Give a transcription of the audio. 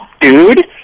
dude